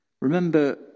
Remember